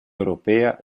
europea